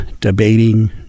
debating